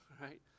right